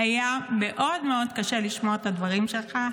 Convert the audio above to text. גם לי היה מאוד מאוד קשה לשמוע את הדברים שלך.